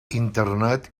internet